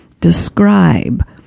describe